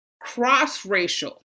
cross-racial